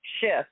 shift